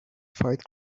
fight